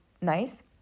nice